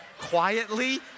quietly